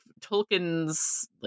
Tolkien's